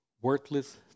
Worthless